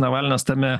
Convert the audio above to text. navalnas tame